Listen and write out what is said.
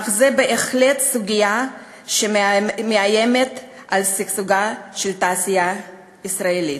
אך זאת בהחלט סוגיה שמאיימת על שגשוגה של התעשייה הישראלית.